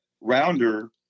Rounder